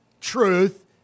truth